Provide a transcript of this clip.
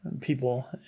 people